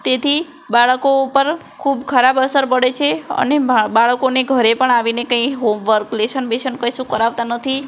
તેથી બાળકો ઉપર ખૂબ ખરાબ અસર પડે છે અને બાળકોને ઘરે પણ આવીને કંઇ હોમવર્ક લેશન બેશન કશું કરાવતાં નથી